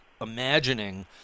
imagining